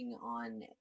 on